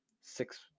six